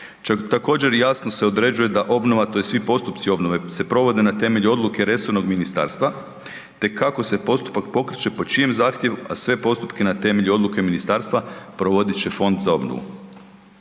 Također, jasno se određuje da obnova tj. svi postupci obnove se provede na temelju odluke resornom ministarstva te kako se postupak pokreće, po čijem zahtjevu, a sve postupke na temelju odluke ministarstva provodit će Fond za obnovu.